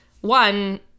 one